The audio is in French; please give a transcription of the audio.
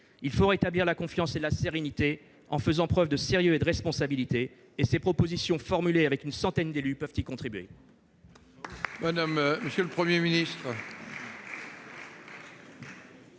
Il faut rétablir la confiance et la sérénité en faisant preuve de sérieux et de responsabilité. Ces propositions formulées en association avec une centaine d'élus peuvent y contribuer.